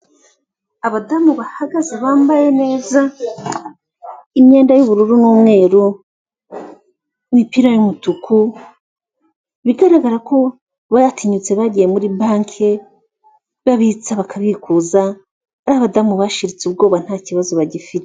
Abadamu bahagaze bambaye neza imyenda y’ubururu n’umweru, imipira y’ umutuku bigaragara ko batinyutse. Bagiye muri banki, babitsa, bakabikuza ari abadamu bashiritse ubwoba, ntabazo bagifite.